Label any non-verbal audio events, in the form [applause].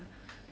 [breath]